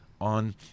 on